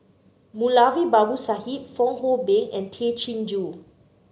Moulavi Babu Sahib Fong Hoe Beng and Tay Chin Joo